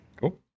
Cool